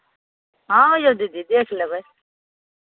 हँ यौ दीदी देखि लेबै